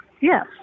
Yes